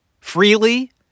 freely